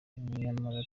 nyamara